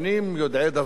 איך שהם מוגדרים,